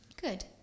Good